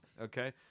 Okay